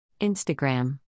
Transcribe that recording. Instagram